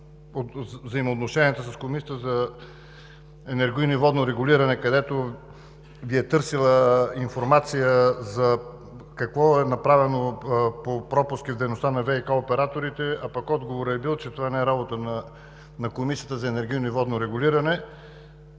взаимоотношенията с Комисията за енергийно и водно регулиране, която Ви е търсила информация какво е направено по пропуските и дейността на ВиК операторите, а пък отговорът е бил, че това не е работа на Комисията за енергийно и водно регулиране